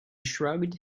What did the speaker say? shrugged